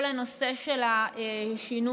כל הנושא של השינוי,